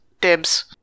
dibs